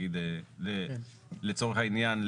לצורך העניין,